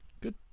Good